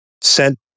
sent